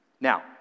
Now